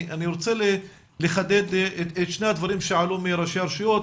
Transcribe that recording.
אני רוצה לחדד את שני הדברים שעלו מראשי הרשויות,